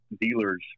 dealers